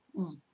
mm